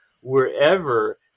wherever